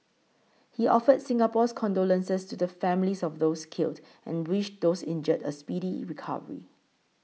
he offered Singapore's condolences to the families of those killed and wished those injured a speedy recovery